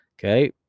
Okay